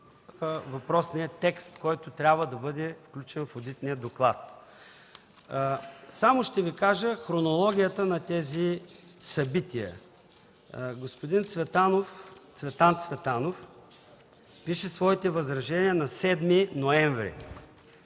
въпросния текст, който трябва да бъде включен в одитния доклад. Ще Ви кажа само хронологията на тези събития. Господин Цветан Цветанов пише своите възражения на 7 ноември.